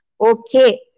okay